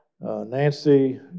nancy